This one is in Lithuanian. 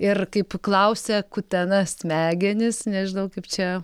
ir kaip klausia kutena smegenis nežinau kaip čia